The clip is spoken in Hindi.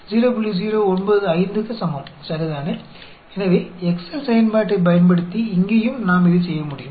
तो हम एक्सेल फ़ंक्शन का उपयोग करके यहां एक ही काम कर सकते हैं